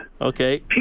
Okay